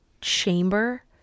chamber